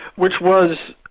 which was,